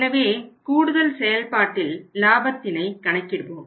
எனவே கூடுதல் செயல்பாட்டில் லாபத்தினை கணக்கிட கணக்கிடுவோம்